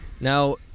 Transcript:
Now